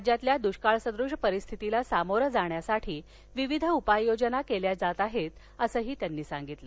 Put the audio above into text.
राज्यातल्या दृष्काळसद्रश परिस्थितीला सामोरं जाण्यासाठी विविध उपाययोजना केल्या जात आहेत असं त्यांनी सांगितलं